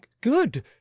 Good